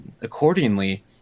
accordingly